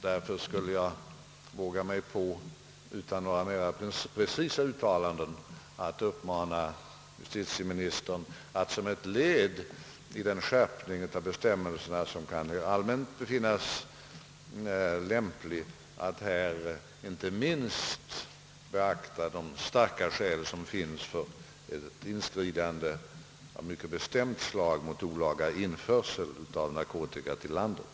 Därför skulle jag våga mig på — utan några mera precisa uttalanden att uppmana justitieministern att som ett led i den skärpning av bestämmelserna, som allmänt kan befinnas lämplig, inte minst beakta de starka skäl som talar för ett inskridande av mycket bestämt slag mot olaga införsel av narkotika till landet.